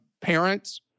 parents